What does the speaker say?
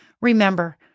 Remember